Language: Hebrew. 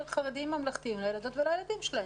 חרדיים-ממלכתיים לילדות ולילדים שלהם.